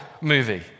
movie